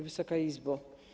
Wysoka Izbo!